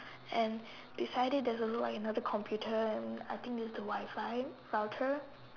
and beside it there's also like another computer and I think this is the Wi-Fi router